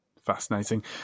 fascinating